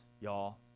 y'all